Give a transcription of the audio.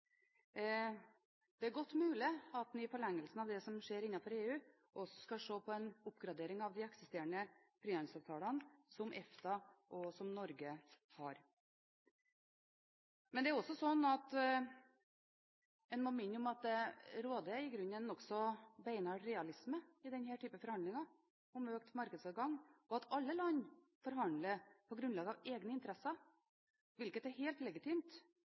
Det er godt mulig at man i forlengelsen av det som skjer i EU, også skal se på en oppgradering av de eksisterende frihandelsavtalene som EFTA og Norge har. Man må også minne om at det råder en nokså beinhard realisme i denne typen forhandlinger om økt markedsadgang, og at alle land forhandler på grunnlag av egne interesser – hvilket er helt legitimt.